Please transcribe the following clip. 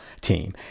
team